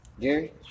Gary